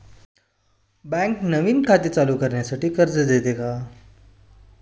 Bank नवीन व्यापार चालू करण्यासाठी कर्ज देते का?